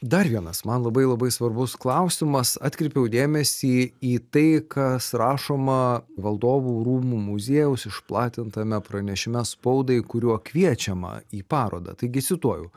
dar vienas man labai labai svarbus klausimas atkreipiau dėmesį į tai kas rašoma valdovų rūmų muziejaus išplatintame pranešime spaudai kuriuo kviečiama į parodą taigi cituoju